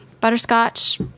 butterscotch